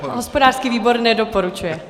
Hospodářský výbor nedoporučuje.